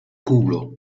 culo